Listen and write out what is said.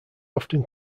often